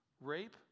rape